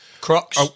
crocs